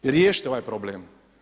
Riješite ovaj problem.